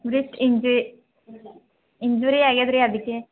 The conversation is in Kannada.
ಜಸ್ಟ್ ಇಂಜಿ ಇಂಜುರಿಯಾಗ್ಯದ್ರಿ ಅದಕ್ಕೆ